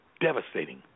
devastating